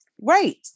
Right